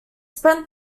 spent